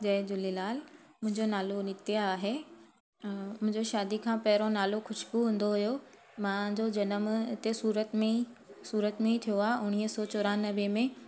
जय झूलेलाल मुंहिंजो नालो नित्या आहे मुंहिंजो शादी खां पहिरियों नालो खुशबु हूंदो हुओ मुंहिंजो जन्म हिते सूरत में ई सूरत में ई थियो आहे उणिवीह सौ चोरानवे में